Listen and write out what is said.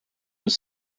was